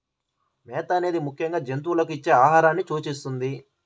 మేత అనేది ముఖ్యంగా జంతువులకు ఇచ్చే ఆహారాన్ని సూచిస్తుంది